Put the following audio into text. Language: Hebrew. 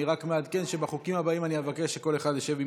אני רק מעדכן שבחוקים הבאים אני אבקש שכל אחד ישב במקומו.